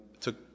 took